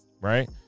Right